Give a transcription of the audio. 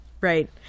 Right